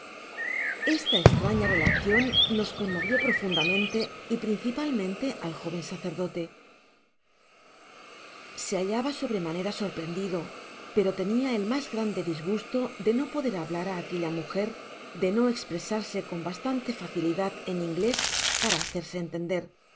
esta estraña relacion nos conmovió profundamente y principalmente al jóven sacerdote se hallaba sobremanera sorprendido pero tenia el mas grande disgusto de no poder hablar á aquella mujer de no espresarse con bastante facilidad en inglés para hacerse entender